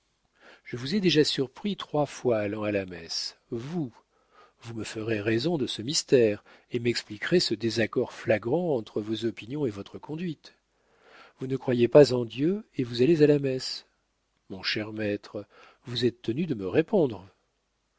je vous ai déjà surpris trois fois allant à la messe vous vous me ferez raison de ce mystère et m'expliquerez ce désaccord flagrant entre vos opinions et votre conduite vous ne croyez pas en dieu et vous allez à la messe mon cher maître vous êtes tenu de me répondre